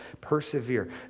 persevere